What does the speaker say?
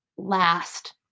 Last